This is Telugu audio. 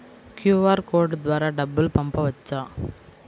క్యూ.అర్ కోడ్ ద్వారా డబ్బులు పంపవచ్చా?